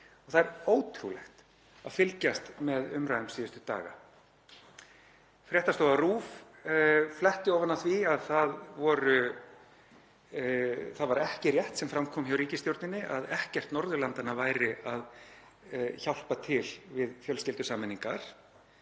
Það er ótrúlegt að fylgjast með umræðum síðustu daga. Fréttastofa RÚV fletti ofan af því að það var ekki rétt sem fram kom hjá ríkisstjórninni að ekkert Norðurlandanna væri að hjálpa til við fjölskyldusameiningar.